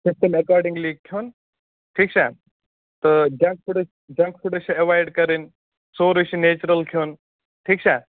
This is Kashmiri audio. تٔتھۍ پٮ۪ٹھ اَکاڈِنٛگلی کھٮ۪ون تہٕ جَنک فُڈٕز جَنک فُڈٕز چھِ ایوایِڈ کَرٕنۍ سورُے چھِ نیچرَل کھٮ۪ون ٹھیٖک چھا